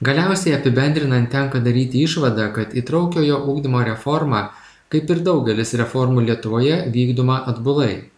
galiausiai apibendrinant tenka daryti išvadą kad įtraukiojo ugdymo reforma kaip ir daugelis reformų lietuvoje vykdoma atbulai